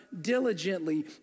diligently